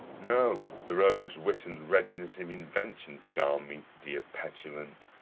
no the rogue's wit and readiness of invention charm me, dear petulant.